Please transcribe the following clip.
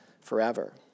forever